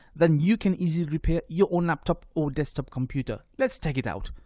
then you can easily repair your own laptop or desktop computer, let's tech it out.